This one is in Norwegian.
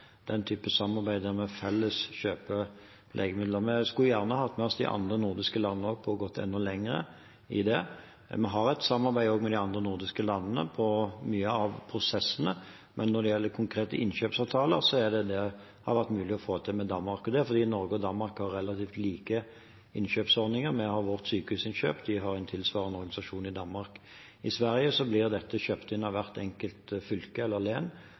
den type samarbeid, der vi kjøper legemidler sammen. Men vi skulle gjerne hatt med oss de andre nordiske landene på å gå enda lenger her. Vi har også et samarbeid med de andre nordiske landene om mange av prosessene, men når det gjelder konkrete innkjøpsavtaler, er det Danmark det har vært mulig å få til det med. Det er fordi Norge og Danmark har relativt like innkjøpsordninger. Vi har vårt Sykehusinnkjøp, de har en tilsvarende organisasjon i Danmark. I Sverige blir dette kjøpt inn av hvert enkelt fylke, eller